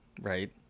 right